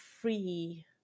free